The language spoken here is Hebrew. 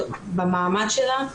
במעמד שלה,